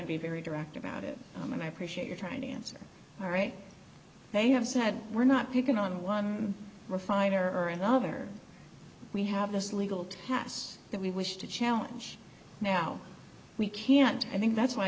to be very direct about it and i appreciate your trying to answer all right they have said we're not picking on one refiner or another we have this legal test that we wish to challenge now we can't i think that's why